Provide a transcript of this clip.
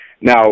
Now